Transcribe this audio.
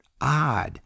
odd